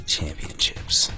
Championships